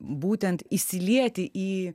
būtent įsilieti į